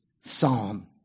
psalm